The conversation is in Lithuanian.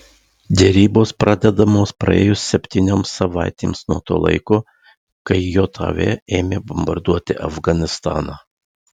derybos pradedamos praėjus septynioms savaitėms nuo to laiko kai jav ėmė bombarduoti afganistaną